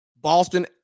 Boston